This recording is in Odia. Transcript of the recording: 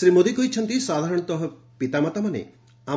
ଶ୍ରୀ ମୋଦୀ କହିଛନ୍ତି ସାଧାରଣତଃ ପିତାମାତାମାନେ